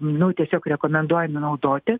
nu tiesiog rekomenduojami naudoti